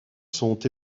sont